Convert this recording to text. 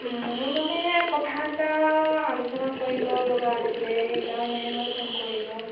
মোৰ মানে কথা এটা আলোচনা কৰিবলগা আছিলে সেইকাৰণেহে মই ফোন কৰিলোঁ